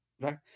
right